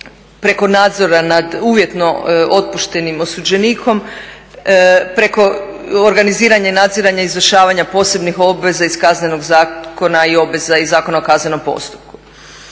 preko nadzora nad uvjetno otpuštenim osuđenikom, preko organiziranja, nadziranja i izvršavanja posebnih obveza iz Kaznenog zakona i obveza iz Zakona o kaznenom postupku.